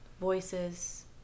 voices